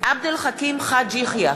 עבד אל חכים חאג' יחיא,